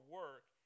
work